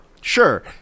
sure